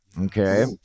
okay